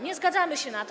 Nie zgadzamy się na to.